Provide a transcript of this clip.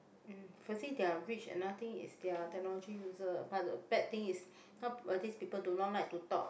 mmhmm firstly they are rich another thing is that they are technology user but the bad thing is this people do not like to talk